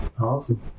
awesome